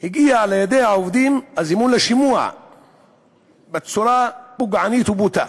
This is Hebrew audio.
האלה, הזימון לשימוע הגיע לידי העובדים בצורה פוגענית ובוטה,